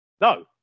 No